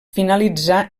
finalitzà